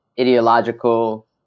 ideological